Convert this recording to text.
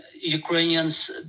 Ukrainians